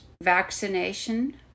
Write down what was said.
vaccination